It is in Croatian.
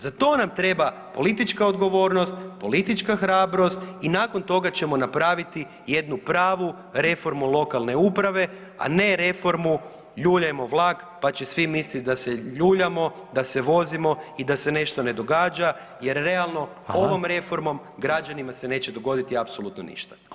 Za to nam treba politička odgovornost, politička hrabrost i nakon toga ćemo napraviti jednu pravu reformu lokalne uprave, a ne reformu „ljuljajmo vlak, pa će svi mislit da se ljuljamo, da se vozimo i da se nešto ne događa“ jer realno ovom reformom građanima se neće dogoditi apsolutno ništa.